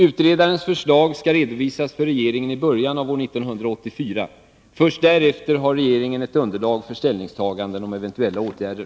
Utredarens förslag skall redovisas för regeringen i början av år 1984. Först därefter har regeringen ett underlag för ställningstaganden om eventuella åtgärder.